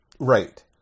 Right